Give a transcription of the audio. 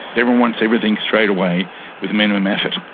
everyone wants everything straight away with minimum effort,